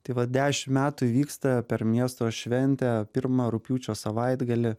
tai vat dešim metų vyksta per miesto šventę pirmą rugpjūčio savaitgalį